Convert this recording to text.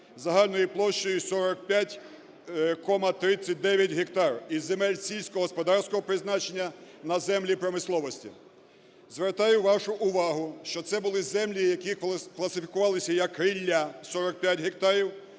загальною площею 45,39 гектар із земель сільськогосподарського призначення на землі промисловості. Звертаю вашу увагу, що це були землі, які класифікувалися, як рілля, 45 гектарів.